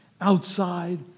Outside